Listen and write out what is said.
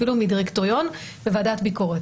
אפילו מדירקטוריון ומוועדת ביקורת.